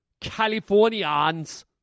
Californians